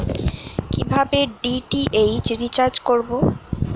কিভাবে DTH recharge করব?